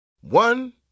One